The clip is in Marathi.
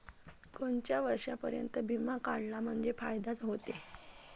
कोनच्या वर्षापर्यंत बिमा काढला म्हंजे फायदा व्हते?